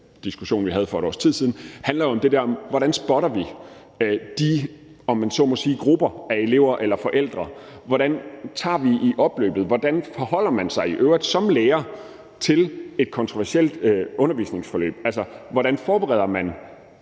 diskussion vi havde for et års tid siden, handler om: Hvordan spotter vi – om man så må sige – de grupper af elever eller forældre? Hvordan tager vi det i opløbet? Hvordan forholder man sig i øvrigt som lærer til et kontroversielt undervisningsforløb? Hvordan forbereder man